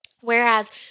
Whereas